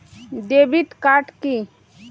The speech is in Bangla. Debit card key?